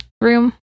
room